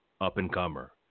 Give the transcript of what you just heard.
up-and-comer